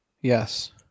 Yes